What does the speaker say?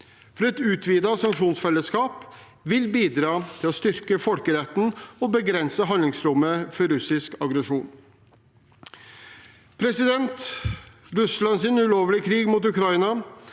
Et utvidet sanksjonsfellesskap vil bidra til å styrke folkeretten og begrense handlingsrommet for russisk aggresjon. Russlands ulovlige krig mot Ukraina